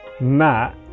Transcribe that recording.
Matt